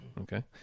Okay